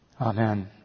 Amen